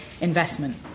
investment